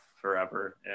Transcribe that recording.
forever